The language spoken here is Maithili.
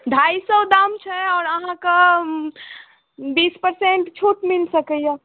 ढाइ सए दाम छै आओर अहाँके बीस परसेन्ट छूट मिल सकैया